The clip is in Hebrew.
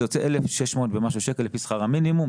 זה יוצא 1,600 ומשהו שקלים לפי שכר המינימום,